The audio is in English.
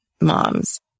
moms